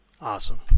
Awesome